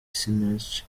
sinach